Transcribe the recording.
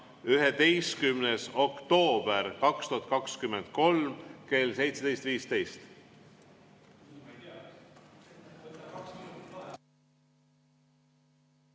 11. oktoober 2023 kell 17.15.